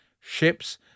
ships